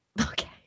Okay